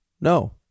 no